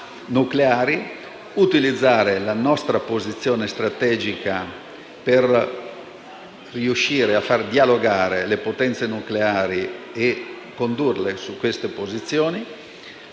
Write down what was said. nucleari; di utilizzare la nostra posizione strategica per riuscire a far dialogare le potenze nucleari e a condurle su queste posizioni;